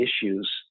issues